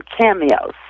cameos